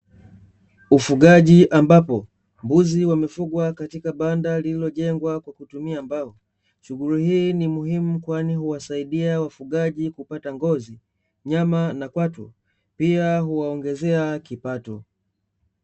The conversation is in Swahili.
Ufugaji ambapo mbuzi wamefugwa katika banda lililojengwa kwa kutumia mbao, shughuli hii ni muhimu kwani huwasaidia wafugaji kupata ngozi, nyama na kwato pia huwaongezea kipato.